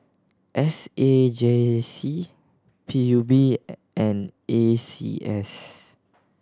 S A J C P U B and A C S